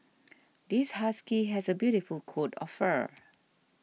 this husky has a beautiful coat of fur